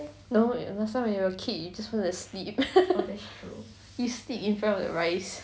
no last time when you're a kid you just want to sleep you sleep in front of the rice